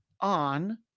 on